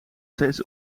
steeds